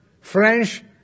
French